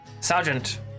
Sergeant